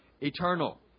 eternal